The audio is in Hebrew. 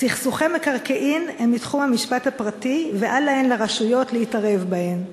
"סכסוכי מקרקעין הם מתחום המשפט הפרטי ואל להן לרשויות להתערב בהם".